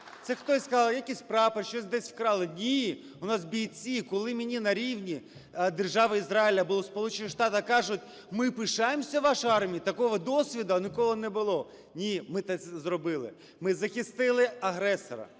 Це хтось казав: якийсь прапор, щось десь вкрали. Ні, у нас бійці. Коли мені на рівні Держави Ізраїль або в Сполучених Штатах кажуть: ми пишаємося вашою армією, такого досвіду ніколи не було. Ні, ми це зробили – ми захистили агресора.